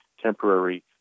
temporary